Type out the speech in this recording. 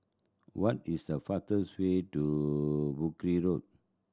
what is the fastest way to Brooke Road